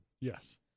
Yes